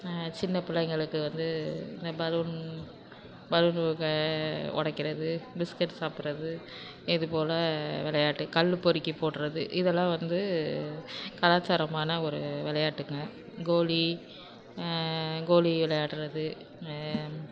சின்ன பிள்ளைங்களுக்கு வந்து இந்த பலூன் பலூன் உக உடைக்கிறது பிஸ்கட் சாப்பிடுறது இது போல் விளையாட்டு கல் பொறுக்கி போடுகிறது இதெல்லாம் வந்து கலாச்சாரமான ஒரு விளையாட்டுங்கள் கோலி கோலி விளையாடுகிறது